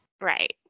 Right